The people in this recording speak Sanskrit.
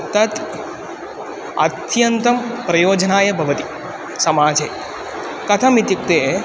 तत् अत्यन्तं प्रयोजनाय भवति समाजे कथम् इत्युक्ते